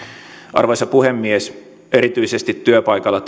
arvoisa puhemies erityisesti työpaikalla